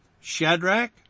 Shadrach